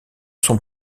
son